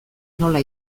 nola